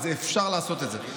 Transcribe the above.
ואפשר לעשות את זה.